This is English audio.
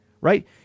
right